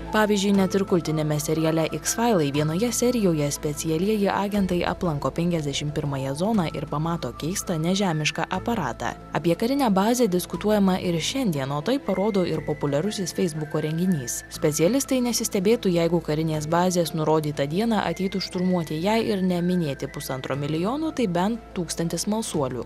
pavyzdžiui net ir kultiniame seriale iks failai vienoje serijoje specialieji agentai aplanko penkiasdešim pirmąją zoną ir pamato keistą nežemišką aparatą apie karinę bazę diskutuojama ir šiandien o tai parodo ir populiarusis feisbuko renginys specialistai nesistebėtų jeigu karinės bazės nurodytą dieną ateitų šturmuoti jei ir neminėti pusantro milijono tai bent tūkstantis smalsuolių